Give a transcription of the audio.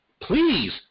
please